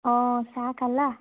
অঁ চাহ খালা